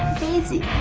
crazy.